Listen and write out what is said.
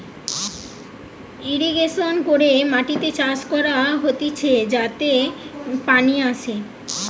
irrigation করে মাটিতে চাষ করা হতিছে যাতে পানি আসে